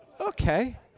Okay